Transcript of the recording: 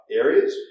areas